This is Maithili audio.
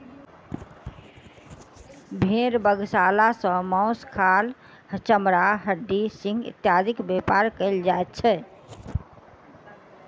भेंड़ बधशाला सॅ मौस, खाल, चमड़ा, हड्डी, सिंग इत्यादिक व्यापार कयल जाइत छै